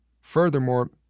Furthermore